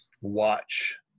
watch